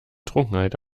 trunkenheit